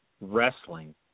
wrestling